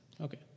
okay